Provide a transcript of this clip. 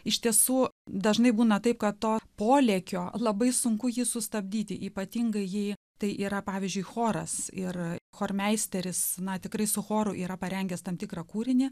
iš tiesų dažnai būna taip kad to polėkio labai sunku jį sustabdyti ypatingai jei tai yra pavyzdžiui choras ir chormeisteris na tikrai su choru yra parengęs tam tikrą kūrinį